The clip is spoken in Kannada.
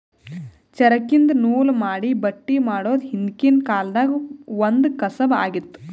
ಚರಕ್ದಿನ್ದ ನೂಲ್ ಮಾಡಿ ಬಟ್ಟಿ ಮಾಡೋದ್ ಹಿಂದ್ಕಿನ ಕಾಲ್ದಗ್ ಒಂದ್ ಕಸಬ್ ಆಗಿತ್ತ್